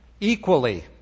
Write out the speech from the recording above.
equally